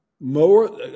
more